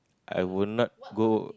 I will not go